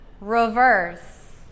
reverse